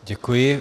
Děkuji.